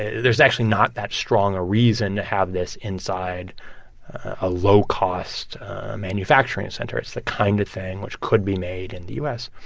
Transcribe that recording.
there's actually not that strong a reason to have this inside a low-cost manufacturing and center. it's the kind of thing which could be made in the u s.